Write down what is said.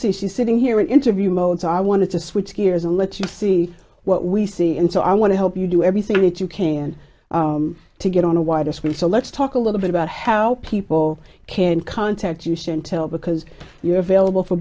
see she's sitting here interview mode so i wanted to switch gears and let you see what we see and so i want to help you do everything that you can to get on a wider screen so let's talk a little bit about how people can contact you soon tell because you're available for